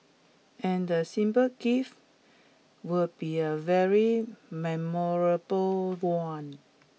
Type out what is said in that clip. and the simple gift will be a very memorable one